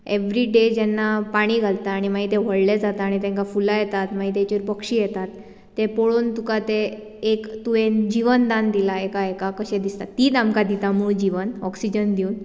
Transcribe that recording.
every day जेन्ना पाणी घालता आनी मागीर तें व्होडलें जाता आनी तेंका फुलां येतात मागीर तेचेर पक्षी येतात ते पळोवन तुका तें एक तुवें जिवनदान दिलां एका हेका कशें दिसता तीच आमकां दिता मूळ जीवन ऑक्सीजन दिवन